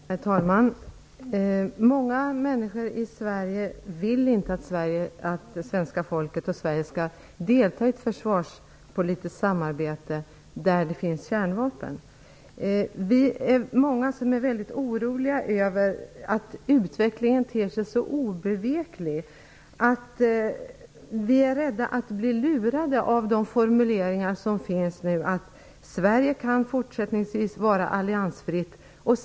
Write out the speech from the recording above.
Herr talman! Många människor i Sverige vill inte att svenska folket och Sverige skall delta i ett försvarspolitiskt samarbete där det finns kärnvapen med. Vi är många som är väldigt oroliga över att utvecklingen ter sig så obeveklig. Vi är rädda att bli lurade genom formuleringar som att Sverige fortsättningsvis kan vara alliansfritt.